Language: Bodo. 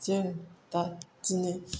जों दा दिनै